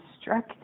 struck